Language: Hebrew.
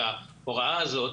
שההוראה הזאת,